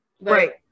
right